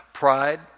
pride